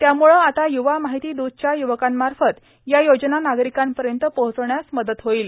त्यामुळे आता युवा मार्ाहती दूतच्या युवकांमाफ़त या योजना नार्गारकांपयत पोहोचण्यास मदत होईल